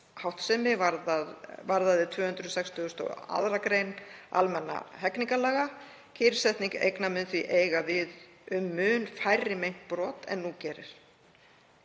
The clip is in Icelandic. háttsemi varði 262. gr. almennra hegningarlaga. Kyrrsetning eigna mun því eiga við um mun færri meint brot en nú gerir.